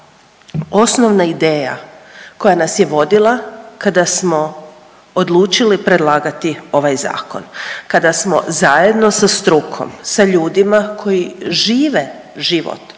osnovna ideja koja nas je vodila kada smo odlučili predlagati ovaj Zakon. Kada smo zajedno sa strukom, sa ljudima koji žive život